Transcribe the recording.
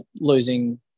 losing